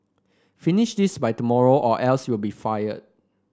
finish this by tomorrow or else you'll be fired